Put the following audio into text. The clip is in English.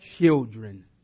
children